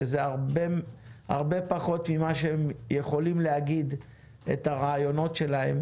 שזה הרבה פחות ממה שהם יכולים להגיד את הרעיונות שלהם,